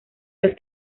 las